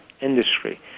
industry